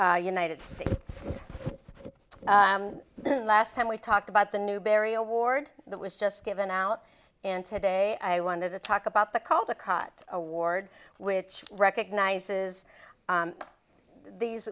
united states last time we talked about the newberry award that was just given out and today i wanted to talk about the call the cot award which recognizes these